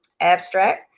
Abstract